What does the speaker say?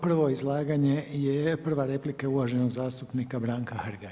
Prvo izlaganje, prva replika je uvaženog zastupnika Branka Hrga.